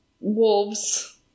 wolves